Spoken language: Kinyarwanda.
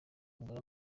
abagore